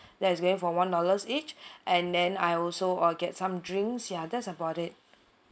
that is going for one dollars each and then I also uh get some drinks ya that's about it